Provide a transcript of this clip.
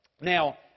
Now